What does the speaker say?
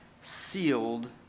sealed